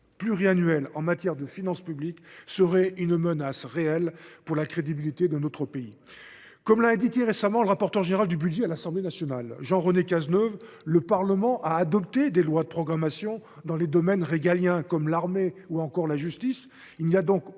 pluriannuelle en matière de finances publiques constituerait une menace réelle pour la crédibilité de notre pays. Comme l’a récemment indiqué le rapporteur général de la commission des finances de l’Assemblée nationale, Jean René Cazeneuve, le Parlement a adopté des lois de programmation dans des domaines régaliens comme l’armée ou la justice.